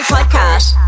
Podcast